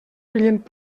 client